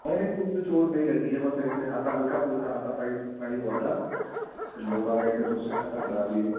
ارے نہیں کسی کو چوٹ نہیں لگی ہے بس ایسے ہاتا ہلکا پھلکا ہاتھا فائی پائی ہوا تھا پھر لوگ آ گئے تھے تو اسے ختم کرا دیے